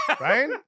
Right